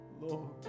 Lord